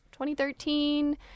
2013